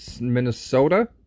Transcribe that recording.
Minnesota